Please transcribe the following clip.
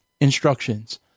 instructions